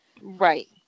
Right